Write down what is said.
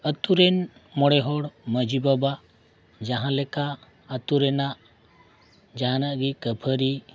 ᱟᱛᱳ ᱨᱮᱱ ᱢᱚᱬᱮ ᱦᱚᱲ ᱢᱟᱺᱡᱷᱤ ᱵᱟᱵᱟ ᱡᱟᱦᱟᱸ ᱞᱮᱠᱟ ᱟᱛᱳ ᱨᱮᱱᱟᱜ ᱡᱟᱦᱟᱱᱟᱜ ᱜᱮ ᱠᱷᱟᱹᱯᱟᱹᱨᱤ